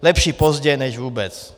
Lepší pozdě než vůbec!